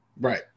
Right